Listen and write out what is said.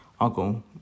uncle